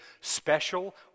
special